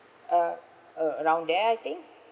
uh a~ around there I think